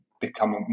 become